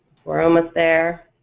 we're almost there.